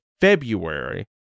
February